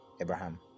Abraham